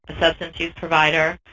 substance use provider,